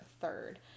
Third